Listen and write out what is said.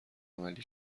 عملی